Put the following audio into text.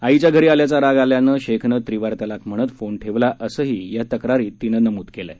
आईच्या घरी आल्याचा राग आल्याम्ळे शेखनं त्रिवार तलाक म्हणत फोन ठेवला असंही या तक्रारीत तिनं नमूद केलं आहे